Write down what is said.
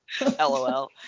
LOL